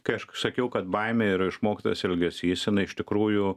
kai aš sakiau kad baimė yra išmoktas elgesys iš tikrųjų